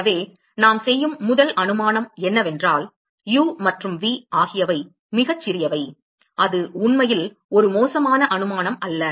எனவே நாம் செய்யும் முதல் அனுமானம் என்னவென்றால் u மற்றும் v ஆகியவை மிகச் சிறியவை அது உண்மையில் ஒரு மோசமான அனுமானம் அல்ல